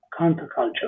counterculture